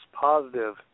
positive